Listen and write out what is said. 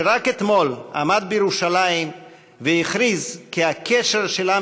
שרק אתמול עמד בירושלים והכריז כי הקשר של עם